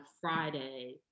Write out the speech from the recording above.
Friday